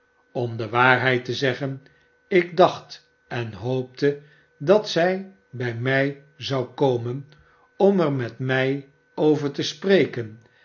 om de waarheid te zeggen ik dacht en hoopte dat zij bij mij zou komen om er met mij over te spreken